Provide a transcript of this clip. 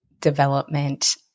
development